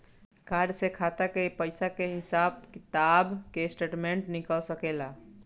Card से खाता के पइसा के हिसाब किताब के स्टेटमेंट निकल सकेलऽ?